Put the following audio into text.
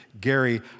Gary